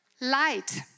light